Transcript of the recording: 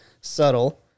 subtle